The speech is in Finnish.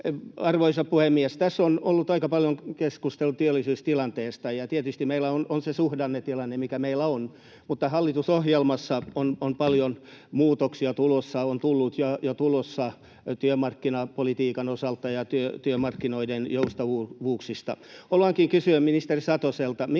Arvoisa puhemies! Tässä on ollut aika paljon keskustelua työllisyystilanteesta. Ja tietysti meillä on se suhdannetilanne, mikä meillä on, mutta hallitusohjelmassa on paljon muutoksia tulossa, on tullut ja tulossa, työmarkkinapolitiikan osalta ja työmarkkinoiden joustavuuksista. Haluankin kysyä ministeri Satoselta: